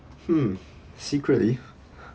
hmm secretly